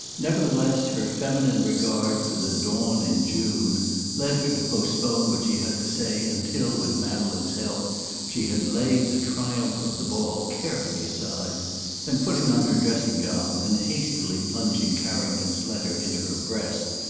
nevertheless, her feminine regard for the dawn in june led her to postpone what she had to say until with madeleine's help she had laid the triumph of the ball carefully aside then, putting on her dressing-gown, and hastily plunging carrington's letter into her breast,